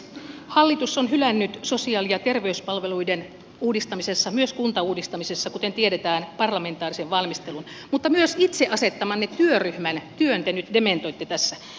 hallitus on hylännyt sosiaali ja terveyspalveluiden uudistamisessa myös kuntauudistamisessa kuten tiedetään parlamentaarisen valmistelun mutta myös itse asettamanne työryhmän työn te nyt dementoitte tässä